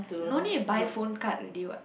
no need to buy phone card already what